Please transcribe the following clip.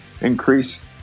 increase